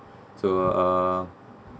so uh